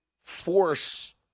force